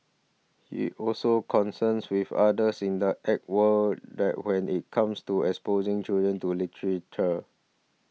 he also concerns with others in the egg world that when it comes to exposing children to literature